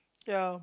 ya